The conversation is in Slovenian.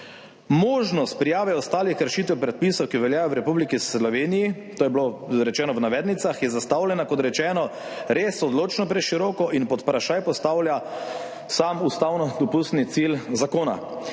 Možnost prijave ostalih kršitev predpisov, ki veljajo v Republiki Sloveniji – to je bilo rečeno v navednicah – je zastavljena, kot rečeno, res odločno preširoko in pod vprašaj postavlja sam ustavno dopustni cilj zakona,